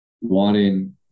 wanting